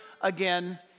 again